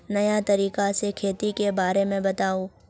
नया तरीका से खेती के बारे में बताऊं?